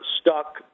stuck